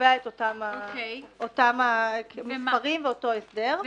שקובע את אותם מספרים ואותו הסדר.